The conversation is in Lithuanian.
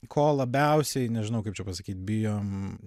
ko labiausiai nežinau kaip čia pasakyt bijom